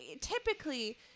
typically